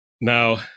now